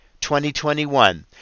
2021